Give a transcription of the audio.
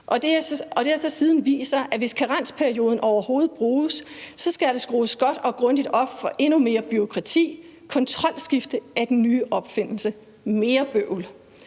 Det har så siden vist sig, at hvis karensperioden overhovedet bruges, skal der skrues godt og grundigt op for endnu mere bureaukrati; kontrolskifte er den nye opfindelse. Mere bøvl.